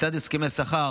לצד הסכמי שכר,